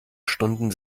stunden